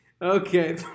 Okay